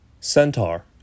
Centaur